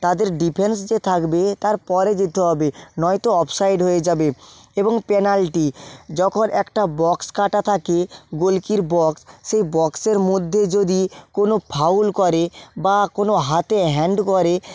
তাদের ডিফেন্স যে থাকবে তার পরে যেতে হবে নয়তো অফ সাইড হয়ে যাবে এবং পেনাল্টি যখন একটা বক্স কাটা থাকে গোল বক্স সেই বক্সের মধ্যে যদি কোনো ফাউল করে বা কোনো হাতে হ্যান্ড করে